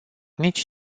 nici